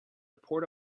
porta